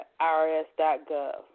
IRS.gov